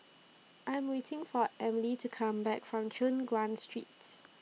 I Am waiting For Emely to Come Back from Choon Guan Street